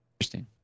Interesting